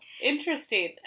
interesting